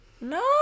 No